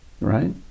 Right